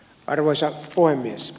arvoisa puhemies